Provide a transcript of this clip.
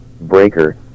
Breaker